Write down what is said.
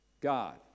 God